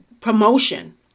promotion